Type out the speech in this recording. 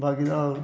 बाकी